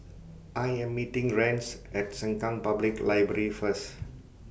I Am meeting Rance At Sengkang Public Library First